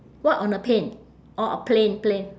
what on a plane orh a plane plane